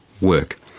work